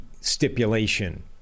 stipulation